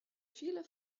viele